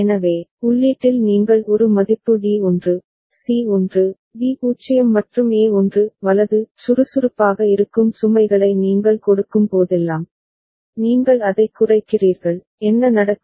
எனவே உள்ளீட்டில் நீங்கள் ஒரு மதிப்பு D 1 C 1 B 0 மற்றும் A 1 வலது சுறுசுறுப்பாக இருக்கும் சுமைகளை நீங்கள் கொடுக்கும் போதெல்லாம் நீங்கள் அதைக் குறைக்கிறீர்கள் என்ன நடக்கும்